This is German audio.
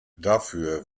dafür